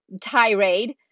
tirade